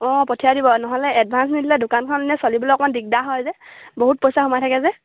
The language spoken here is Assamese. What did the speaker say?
অঁ পঠিয়াই দিব নহ'লে এডভা্ঞ্চ নিদিলে দোকানখন এনেই চলিবলৈ অকণ দিগদাৰ হয় যে বহুত পইচা সোমাই থাকে যে